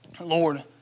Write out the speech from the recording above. Lord